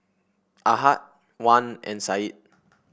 Ahad Wan and Said